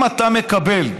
אם אתה מקבל כסף,